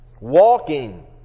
Walking